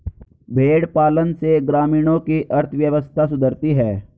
भेंड़ पालन से ग्रामीणों की अर्थव्यवस्था सुधरती है